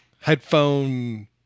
headphone